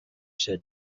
said